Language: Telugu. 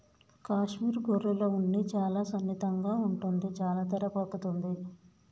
కాశ్మీర్ గొర్రెల ఉన్ని చాలా సున్నితంగా ఉంటుంది చాలా ధర పలుకుతుంది